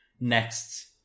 next